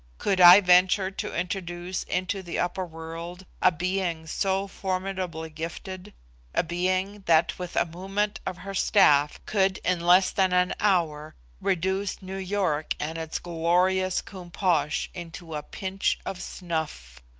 could i venture to introduce into the upper world a being so formidably gifted a being that with a movement of her staff could in less than an hour reduce new york and its glorious koom-posh into a pinch of snuff?